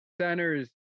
centers